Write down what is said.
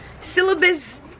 syllabus